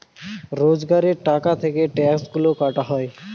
রোজগারের টাকা থেকে ট্যাক্সগুলা কাটা হয়